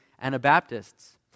Anabaptists